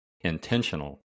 intentional